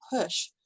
push